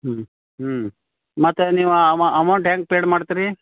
ಹ್ಞೂ ಹ್ಞೂ ಮತ್ತು ನೀವು ಅಮ ಅಮೌಂಟ್ ಹೆಂಗೆ ಪೇಡ್ ಮಾಡ್ತೀರಿ